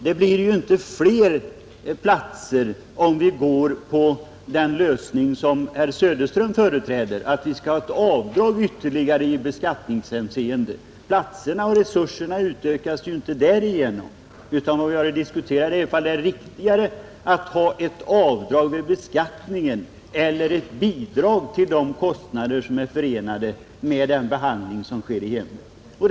Det blir inte flera platser om vi biträder herr Söderströms förslag till lösning, nämligen att vi skall införa ytterligare ett avdrag i beskattningshänseende. Platserna och resurserna utökas inte därigenom, utan vad vi har att diskutera är om det är riktigare att införa ett avdrag vid beskattningen eller att ge ett bidrag till de kostnader som är förenade med den behandling som sker i hemmen.